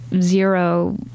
zero